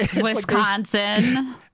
wisconsin